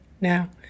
now